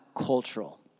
cultural